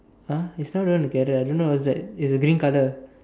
!huh! it's not even together I don't know what's that it's a green color